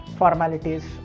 formalities